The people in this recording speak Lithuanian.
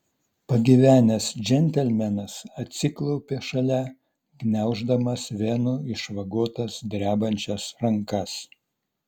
pagyvenęs džentelmenas atsiklaupė šalia gniauždamas venų išvagotas drebančias rankas